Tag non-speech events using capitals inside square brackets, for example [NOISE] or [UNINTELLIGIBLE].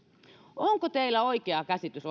onko teillä oikeusministeriössä oikea käsitys [UNINTELLIGIBLE]